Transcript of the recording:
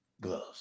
gloves